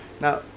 now